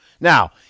Now